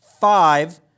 Five